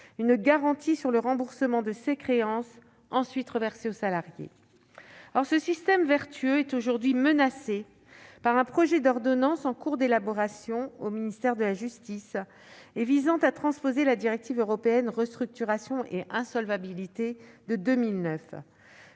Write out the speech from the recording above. une garantie sur le remboursement de ses créances, ensuite reversées aux salariés. Or ce système vertueux est aujourd'hui menacé par un projet d'ordonnance, en cours d'élaboration au ministère de la justice, visant à transposer la directive européenne Restructuration et insolvabilité de 2019.